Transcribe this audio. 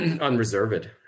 unreserved